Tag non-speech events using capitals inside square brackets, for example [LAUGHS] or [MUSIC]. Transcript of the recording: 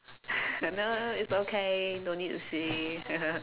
no it's okay don't need to see [LAUGHS]